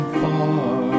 far